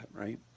right